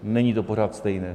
Není to pořád stejné.